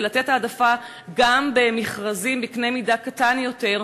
ולתת העדפה גם במכרזים בקנה-מידה קטן יותר,